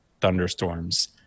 thunderstorms